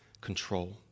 control